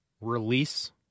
release